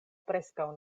preskaŭ